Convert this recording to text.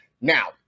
Now